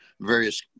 various